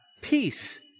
peace